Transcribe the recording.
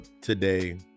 today